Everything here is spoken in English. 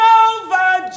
over